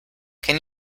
can